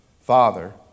Father